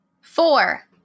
Four